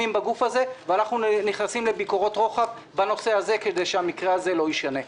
ואנחנו נכנסים לביקורות רוחב בנושא הזה כדי שהמקרה הזה לא יישנה.